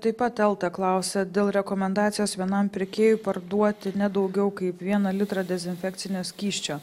taip pat elta klausia dėl rekomendacijos vienam pirkėjui parduoti ne daugiau kaip vieną litrą dezinfekcinio skysčio